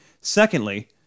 Secondly